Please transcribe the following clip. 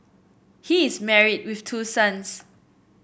he is married with two sons